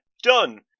done